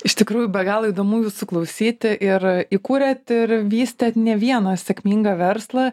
iš tikrųjų be galo įdomu jūsų klausyti ir įkūrėt ir vystėt ne vieną sėkmingą verslą